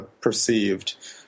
perceived